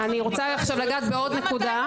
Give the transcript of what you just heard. אני רוצה לגעת בעוד נקודה.